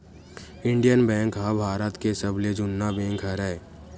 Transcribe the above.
Indian bank ह भारत के सबले जुन्ना बेंक हरय